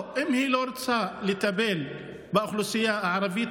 אם היא לא רוצה לטפל באוכלוסייה הערבית